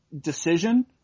decision